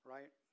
Right